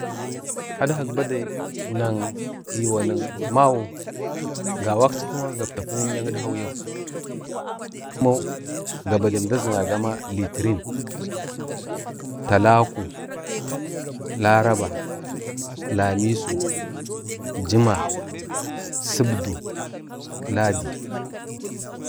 ﻿Adkak badai nak iwanik amgu gawakchi kima gapatki əmyak idkau yau gabadai əmda zinaga ma Litirin, Talaku, Laraba, Lamisu, Jima, Sibdu, Ladi.